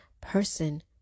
person